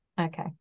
okay